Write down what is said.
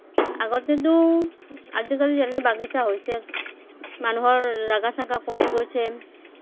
আগতেতো আজিকালি যেনেকে বাগিছা হৈছে মানুহৰ জাগা চাগা কমি গৈছে